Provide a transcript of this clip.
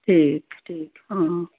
ਠੀਕ ਠੀਕ ਹਾਂ